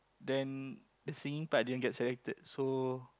then the singing part didn't get selected so